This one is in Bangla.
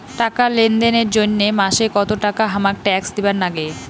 টাকা লেনদেন এর জইন্যে মাসে কত টাকা হামাক ট্যাক্স দিবার নাগে?